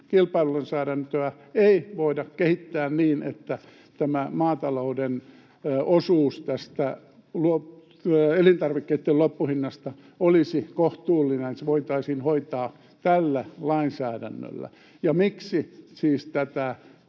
kilpailulainsäädäntöä ei voida kehittää niin, että tämä maatalouden osuus elintarvikkeitten loppuhinnasta olisi kohtuullinen — se voitaisiin hoitaa tällä lainsäädännöllä. Ja miksi te